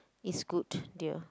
it's good dear